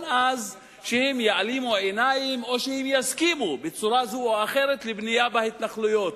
אז שהם יעלימו עין או שהם יסכימו בצורה זו או אחרת לבנייה בהתנחלויות.